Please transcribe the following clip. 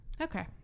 Okay